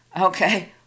Okay